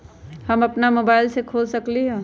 हम अपना मोबाइल से खोल सकली ह?